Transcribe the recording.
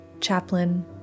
Chaplain